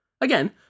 Again